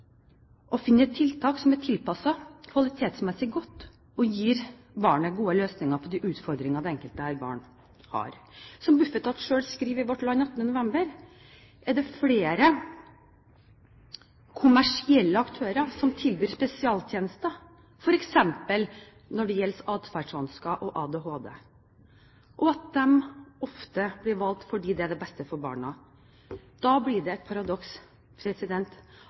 å finne et tiltak som er tilpasset, kvalitetsmessig godt og gir barnet gode løsninger på de utfordringer det enkelte barn har. Som Bufetat sier i Vårt Land den 18. november, er det flere kommersielle aktører som tilbyr spesialtjenester f.eks. når det gjelder atferdsvansker og ADHD, og at de ofte blir valgt fordi det er det beste for barna. Da blir det et paradoks